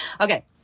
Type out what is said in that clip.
Okay